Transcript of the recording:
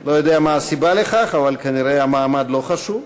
לא יודע מה הסיבה לכך, אבל כנראה המעמד אינו חשוב.